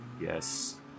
yes